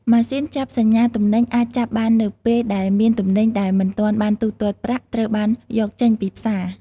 ម៉ាស៊ីនចាប់សញ្ញាទំនិញអាចចាប់បាននៅពេលដែលមានទំនិញដែលមិនទាន់បានទូទាត់ប្រាក់ ត្រូវបានយកចេញពីផ្សារ។